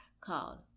called